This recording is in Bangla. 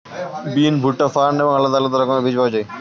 বিন, ভুট্টা, ফার্ন এবং আলাদা আলাদা রকমের বীজ পাওয়া যায়